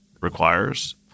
requires